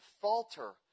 falter